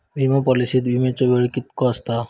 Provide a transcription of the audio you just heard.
विमा पॉलिसीत विमाचो वेळ कीतको आसता?